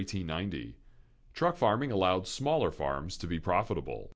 eighty ninety truck farming allowed smaller farms to be profitable